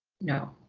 no.